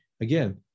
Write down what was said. again